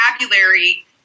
vocabulary